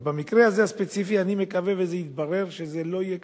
אבל במקרה הזה הספציפי אני מקווה שיתברר שזה לא היה כך.